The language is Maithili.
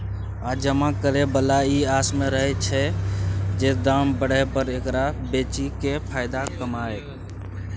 आ जमा करे बला ई आस में रहैत छै जे दाम बढ़य पर एकरा बेचि केँ फायदा कमाएब